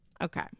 okay